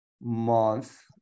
month